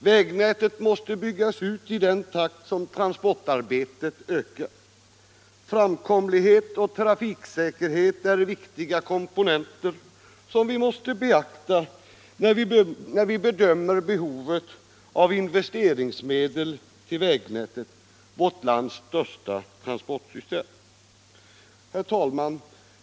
Vägnätet måste byggas ut i den takt som transportarbetet ökar. Framkomlighet och trafiksäkerhet är viktiga komponenter som vi måste beakta när vi bedömer behovet av investeringsmedel till vägnätet, vårt lands största transportsystem. Herr talman!